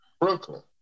Brooklyn